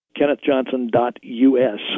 kennethjohnson.us